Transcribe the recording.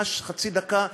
ממש חצי דקה,